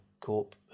corp